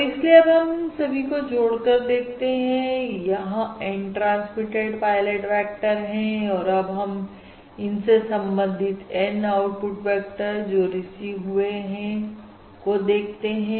और इसलिए अब हम इन सभी को जोड़कर देखते हैं यहां N ट्रांसमिटेड पायलट वेक्टर हैं और अब हम इनसे संबंधित N आउटपुट वेक्टर जो रिसीव हुए हैं को देखते हैं